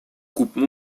groupes